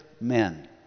men